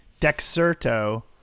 Dexerto